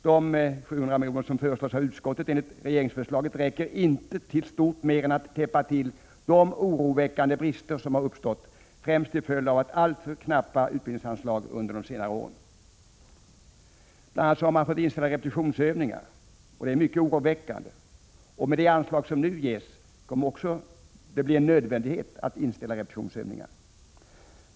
De 700 milj.kr. som föreslås av utskottet, enligt regeringsförslaget, räcker inte till stort mer än att täppa till de oroväckande brister som har uppstått främst till följd av alltför knappa utbildningsanslag under de senaste åren. Bl. a. har repetitionsövningar fått ställas in, vilket är mycket oroväckande. Och med det anslag som utskottsmajoriteten nu föreslår kommer det också att bli nödvändigt att inställa repetitionsövningar.